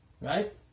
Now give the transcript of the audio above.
right